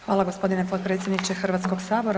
Hvala gospodine potpredsjedniče Hrvatskog sabora.